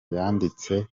yanditse